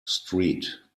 street